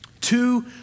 Two